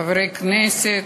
חברי הכנסת,